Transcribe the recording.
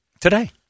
Today